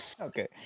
Okay